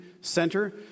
center